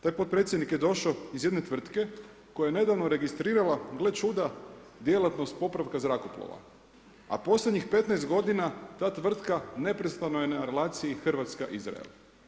Taj potpredsjednik je došao iz jedne tvrtke koja je nedavno registrirala, gle čuda, djelatnost popravka zrakoplova, a posljednjih 15 godina ta tvrtka neprestano je na relaciji Hrvatska-Izrael.